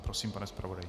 Prosím, pane zpravodaji.